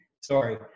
sorry